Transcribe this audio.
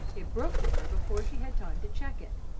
it broke from her before she had time to check it.